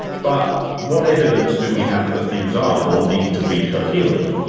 but what evidence do we have that things are, or need to be coherent?